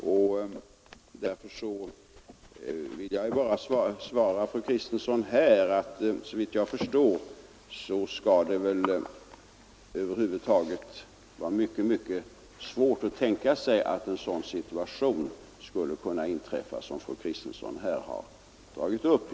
Därför vill jag bara svara fru Kristensson här att såvitt jag förstår är det över huvud taget mycket svårt att tänka sig att en sådan situation skulle kunna inträffa som fru Kristensson här har talat om.